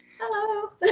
Hello